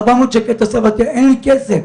אין לי כסף.